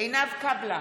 עינב קאבלה,